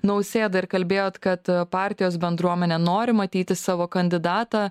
nausėdą ir kalbėjot kad partijos bendruomenė nori matyti savo kandidatą